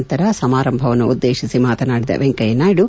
ನಂತರ ಸಮಾರಂಭವನ್ನು ಉದ್ದೇಶಿಸಿ ಮಾತನಾಡಿದ ವೆಂಕಯ್ಕ ನಾಯ್ಡು